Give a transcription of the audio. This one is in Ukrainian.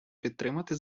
підтримати